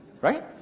Right